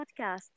podcast